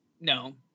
no